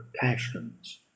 passions